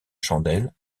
chandelle